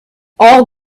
all